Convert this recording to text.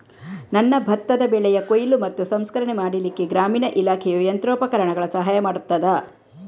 ನನ್ನ ಭತ್ತದ ಬೆಳೆಯ ಕೊಯ್ಲು ಮತ್ತು ಸಂಸ್ಕರಣೆ ಮಾಡಲಿಕ್ಕೆ ಗ್ರಾಮೀಣ ಇಲಾಖೆಯು ಯಂತ್ರೋಪಕರಣಗಳ ಸಹಾಯ ಮಾಡುತ್ತದಾ?